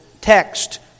text